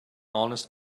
honest